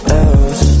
else